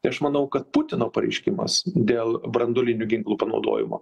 tai aš manau kad putino pareiškimas dėl branduolinių ginklų panaudojimo